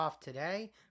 today